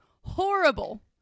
horrible